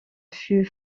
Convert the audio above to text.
fut